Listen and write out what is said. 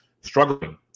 struggling